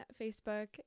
Facebook